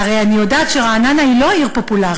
והרי אני יודעת שרעננה היא לא עיר פופולרית.